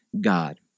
God